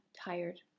tired